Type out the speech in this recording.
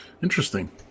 Interesting